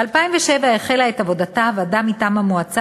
ב-2007 החלה את עבודתה ועדה מטעם המועצה